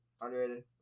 underrated